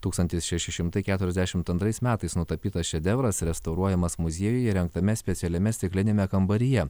tūkstantis šeši šimtai keturiasdešimt antrais metais nutapytas šedevras restauruojamas muziejuj įrengtame specialiame stikliniame kambaryje